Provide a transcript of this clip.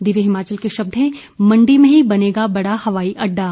दिव्य हिमाचल के शब्द हैं मंडी में ही बनेगा बड़ा हवाई अड़डा